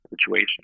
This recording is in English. situation